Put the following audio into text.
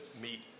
meet